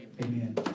Amen